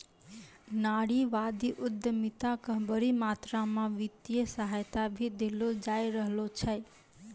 नारीवादी उद्यमिता क बड़ी मात्रा म वित्तीय सहायता भी देलो जा रहलो छै